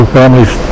families